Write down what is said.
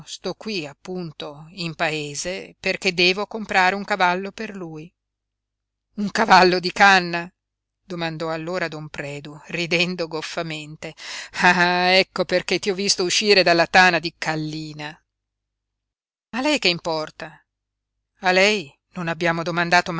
qui appunto in paese perché devo comprare un cavallo per lui un cavallo di canna domandò allora don predu ridendo goffamente ah ecco perché ti ho visto uscire dalla tana di kallina a lei che importa a lei non abbiamo domandato